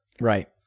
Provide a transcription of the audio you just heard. Right